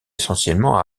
essentiellement